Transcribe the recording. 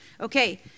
Okay